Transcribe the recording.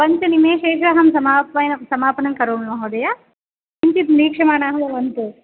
पञ्चनिमेशेषु अहं समापनं करोमि महोदया किञ्चित् वीक्ष्यमाणाः भवन्तु